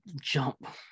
jump